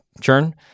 churn